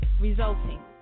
resulting